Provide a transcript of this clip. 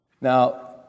Now